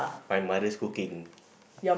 my mother's cooking